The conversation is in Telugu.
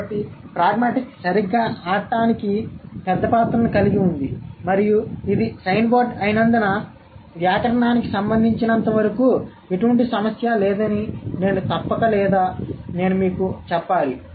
కాబట్టి ప్రాగ్మాటిక్స్ సరిగ్గా ఆడటానికి పెద్ద పాత్రను కలిగి ఉంది మరియు ఇది సైన్ బోర్డ్ అయినందున వ్యాకరణానికి సంబంధించినంతవరకు ఎటువంటి సమస్య లేదని నేను తప్పక లేదా లేదా నేను మీకు చెప్పాలి